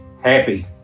happy